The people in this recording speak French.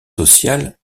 sociales